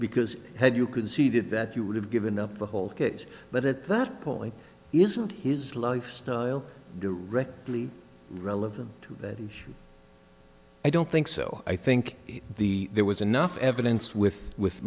because had you could see did that you would have given up the whole case but at that point isn't his lifestyle directly relevant to that and should i don't think so i think the there was enough evidence with with